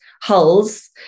hulls